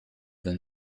than